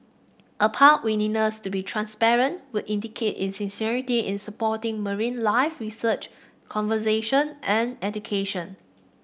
a park willingness to be transparent would indicate its sincerity in supporting marine life research conservation and education